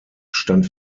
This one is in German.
stand